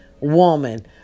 woman